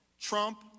Trump